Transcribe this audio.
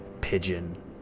pigeon